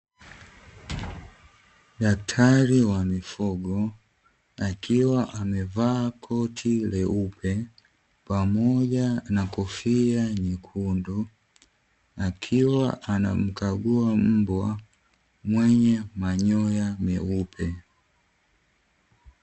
Daktari wa mifugo akiwa amevaa koti leupe pamoja na kofia nyekundu akiwa anamkaguwa mbwa mwenye manyoya meupe.